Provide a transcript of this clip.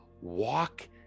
walk